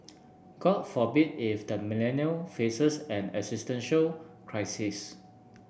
God forbid if the Millennial faces an existential crisis